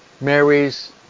Mary's